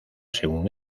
según